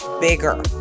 bigger